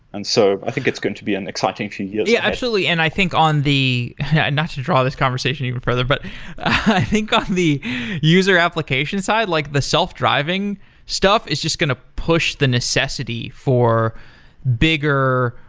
and so i think it's going to be an exciting few years head. yeah absolutely. and i think on the not to draw this conversation even further, but i think on the user application side, like the self-driving stuff is just going to push the necessity for bigger,